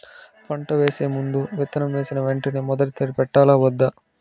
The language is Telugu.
పంట వేసే ముందు, విత్తనం వేసిన వెంటనే మొదటి తడి పెట్టాలా వద్దా?